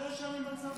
שש שנים בצבא,